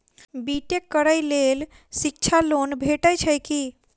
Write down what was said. B tech करै लेल शिक्षा लोन भेटय छै की?